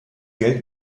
geld